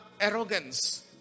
arrogance